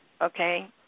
okay